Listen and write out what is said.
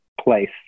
place